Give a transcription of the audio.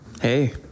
Hey